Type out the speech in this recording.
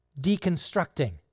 deconstructing